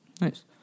Nice